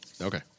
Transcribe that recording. Okay